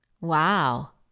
Wow